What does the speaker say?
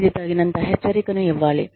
ఇది తగినంత హెచ్చరికను ఇవ్వాలి